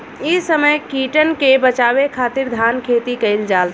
इ समय कीटन के बाचावे खातिर धान खेती कईल जाता